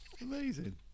Amazing